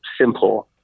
simple